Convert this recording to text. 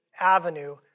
Avenue